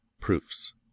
Proofs